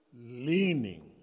leaning